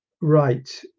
right